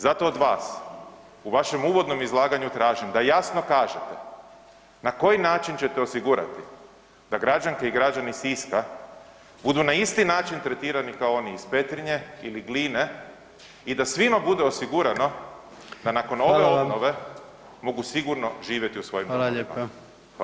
Zato od vas u vašem uvodnom izlaganju tražim da jasno kažete na koji način ćete osigurati da građanke i građani Siska budu na isti način tretirani kao oni iz Petrinje ili Gline i da svima bude osigurano da nakon ove obnove mogu [[Upadica predsjednik: Hvala lijepa.]] sigurno živjeti u svojim domovima.